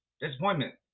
Disappointment